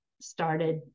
started